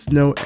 no